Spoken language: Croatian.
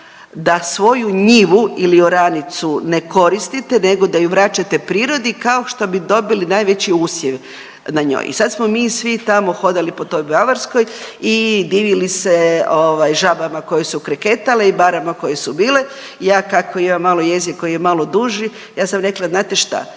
da svoju njivu ili oranicu ne koristite nego da ju vraćate prirodi kao što bi dobili najveći usjev na njoj. I sad smo mi svi tamo hodali po toj Bavarskoj i divili se žabama koje su kreketale i barama koje su bile. Ja kako imam malo jezik koji je malo duži ja sam rekla, znate šta